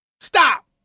Stop